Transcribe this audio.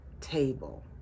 table